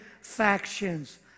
factions